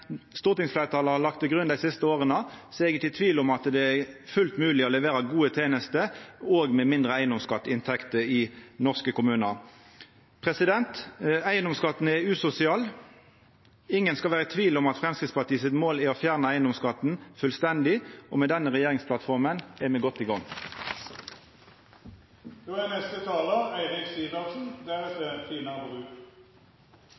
stortingsfleirtalet har lagt til grunn dei siste åra, er eg ikkje i tvil om at det er fullt mogleg å levera gode tenester, òg med mindre eigedomsskatteinntekter i norske kommunar. Eigedomsskatten er usosial. Ingen skal vera i tvil om at Framstegspartiets mål er å fjerna eigedomsskatten fullstendig, og med denne regjeringsplattforma er me godt i